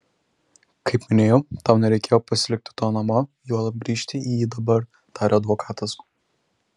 kaip minėjau tau nereikėjo pasilikti to namo juolab grįžti į jį dabar tarė advokatas